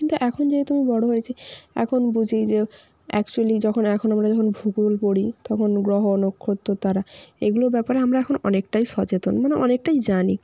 কিন্তু এখন যেহেতু আমি বড় হয়েছি এখন বুঝি যে অ্যাকচুয়ালি যখন এখন আমরা যখন ভূগোল পড়ি তখন গ্রহ নক্ষত্র তারা এগুলোর ব্যাপারে আমরা এখন অনেকটাই সচেতন মানে অনেকটাই জানি